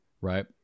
Right